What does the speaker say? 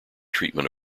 treatment